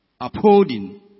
Upholding